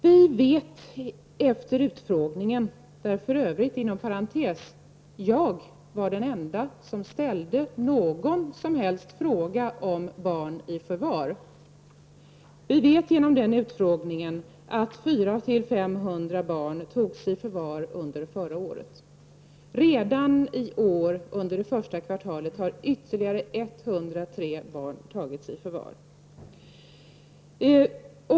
Vi vet efter utfrågningen, där jag för övrigt var den enda som ställde någon som helst fråga om barn i förvar, att 400—500 barn togs i förvar förra året. Redan under det första kvartalet i år har ungefär 103 barn tagits i förvar.